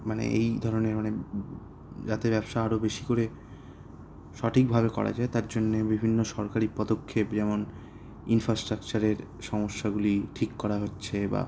মানে এই ধরনের মানে যাতে ব্যবসা আরও বেশি করে সঠিকভাবে করা যায় তার জন্যে বিভিন্ন সরকারি পদক্ষেপ যেমন ইনফ্রাস্ট্রাকচারের সমস্যাগুলি ঠিক করা হচ্ছে বা